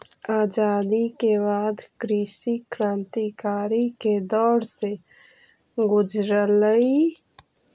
आज़ादी के बाद कृषि क्रन्तिकारी के दौर से गुज़ारलई